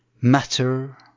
Matter